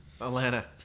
Atlanta